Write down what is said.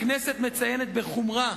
הכנסת מציינת בחומרה